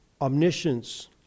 omniscience